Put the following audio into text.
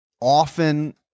often